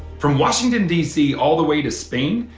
from washington, d c, all the way to spain.